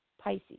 Pisces